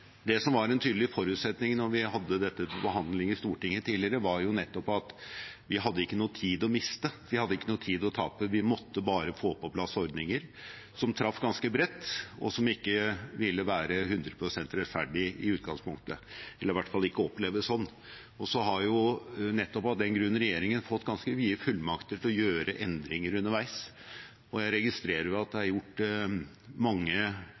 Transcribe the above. Det som var en tydelig forutsetning da vi hadde dette til behandling i Stortinget tidligere, var nettopp at vi ikke hadde noe tid å miste. Vi hadde ikke noe tid å tape. Vi måtte bare få på plass ordninger som traff ganske bredt, og som ikke ville være 100 pst. rettferdig i utgangspunktet – det ville i hvert fall ikke oppleves sånn. Nettopp av den grunn fikk regjeringen ganske vide fullmakter for å gjøre endringer underveis, og jeg registrerer at det er gjort mange